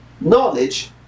knowledge